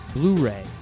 Blu-ray